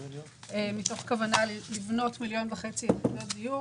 מתוך כוונה לבנות 1.5 מיליוני יחידות דיור,